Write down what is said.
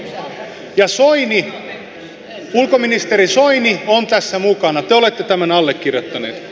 ja ulkoministeri soini on tässä mukana te olette tämän allekirjoittanut